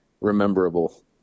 rememberable